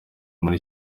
muri